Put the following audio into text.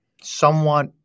somewhat